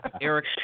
Eric